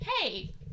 hey